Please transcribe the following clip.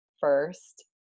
first